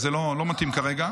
זה לא מתאים כרגע.